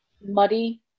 muddy